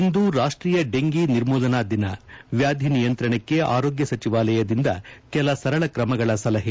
ಇಂದು ರಾಷ್ಷೀಯ ಡೆಂಗಿ ನಿರ್ಮೂಲನಾ ದಿನ ವ್ಯಾಧಿ ನಿಯಂತ್ರಣಕ್ಕೆ ಆರೋಗ್ಯ ಸಚಿವಾಲಯದಿಂದ ಕೆಲ ಸರಳ ಕ್ರಮಗಳ ಸಲಹೆ